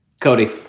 Cody